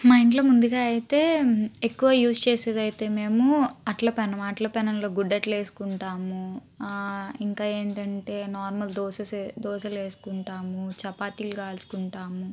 మా ఇంట్లో ముందుగా అయితే ఎక్కువ యూస్ చేసేదైతే మేము అట్ల పెనం అట్ల పెనంలో గుడ్డు అట్లు వేసుకుంటాము ఇంకా ఏంటంటే నార్మల్ దోసస్ దోశలు వేసుకుంటాము చపాతీలు కాల్చుకుంటాము